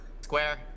Square